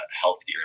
healthier